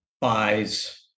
buys